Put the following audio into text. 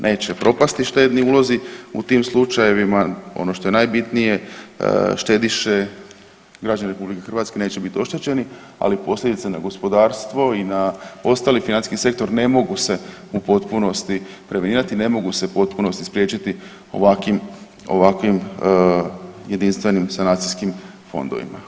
Neće propasti štedni ulozi u tim slučajevima, ono što je najbitnije, štediše, građani RH neće biti oštećeni, ali posljedice na gospodarstvo i ostali financijski sektor ne mogu se u potpunosti ... ne mogu se u potpunosti spriječiti ovakvim jedinstvenim sanacijskim fondovima.